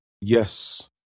Yes